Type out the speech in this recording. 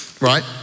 right